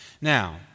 Now